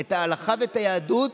את ההלכה ואת היהדות